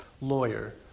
lawyer